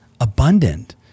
abundant